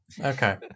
Okay